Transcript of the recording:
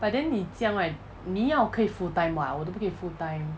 but then 你这样你要可以 full-time [what] 我都不可以 full-time